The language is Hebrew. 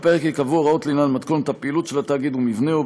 בפרק ייקבעו הוראות לעניין מתכונת הפעילות של התאגיד ומבנהו,